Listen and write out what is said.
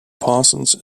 parsons